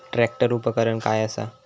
Tractor उपकरण काय असा?